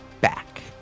back